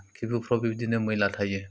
खिबुफ्राव बेबायदिनो मैला थायो